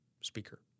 speaker